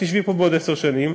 תשבי פה בעוד עשר שנים,